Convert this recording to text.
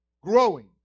growing